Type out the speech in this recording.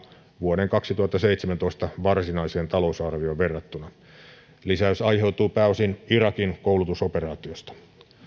vuoden kaksituhattaseitsemäntoista varsinaiseen talousarvioon verrattuna lisäys aiheutuu pääosin irakin koulutusoperaatiosta